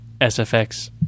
SFX